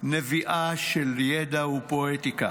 היה נביעה של ידע, ופואטיקה